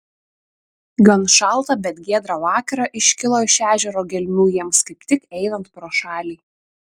gan šaltą bet giedrą vakarą iškilo iš ežero gelmių jiems kaip tik einant pro šalį